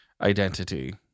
identity